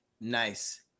Nice